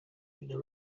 into